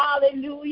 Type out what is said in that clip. hallelujah